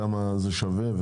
כמה זה שווה.